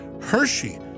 Hershey